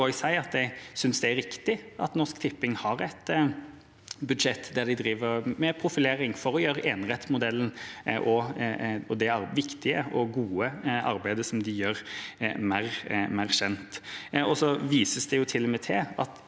jeg synes det er riktig at Norsk Tipping har et budsjett der de driver med profilering for å gjøre enerettsmodellen og det viktige og gode arbeidet de gjør, mer kjent. Det vises til og med til at